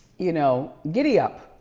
you know giddy up